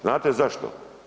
Znate zašto?